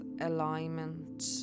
alignment